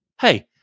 Hey